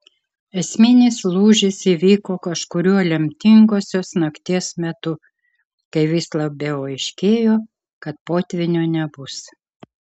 esminis lūžis įvyko kažkuriuo lemtingosios nakties metu kai vis labiau aiškėjo kad potvynio nebus